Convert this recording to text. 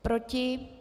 Proti?